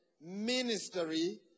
ministry